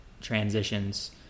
transitions